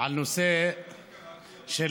על נושא המשפט